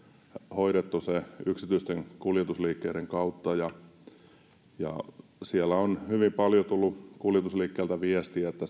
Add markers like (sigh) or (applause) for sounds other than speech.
hoidettu yksityisten kuljetusliikkeiden kautta ja ja on hyvin paljon tullut kuljetusliikkeiltä viestiä että (unintelligible)